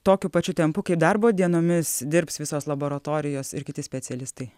tokiu pačiu tempu kaip darbo dienomis dirbs visos laboratorijos ir kiti specialistai